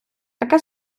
таке